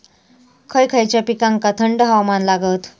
खय खयच्या पिकांका थंड हवामान लागतं?